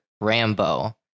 Rambo